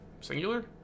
Singular